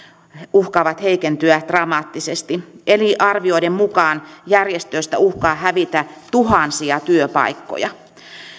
uhkaavat heikentyä dramaattisesti eri arvioiden mukaan järjestöistä uhkaa hävitä tuhansia työpaikkoja